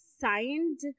signed